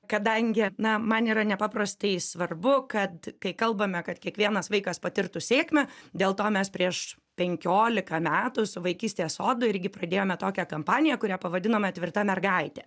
kadangi na man yra nepaprastai svarbu kad kai kalbame kad kiekvienas vaikas patirtų sėkmę dėl to mes prieš penkiolika metų su vaikystės sodu irgi pradėjome tokią kampaniją kurią pavadinome tvirta mergaitė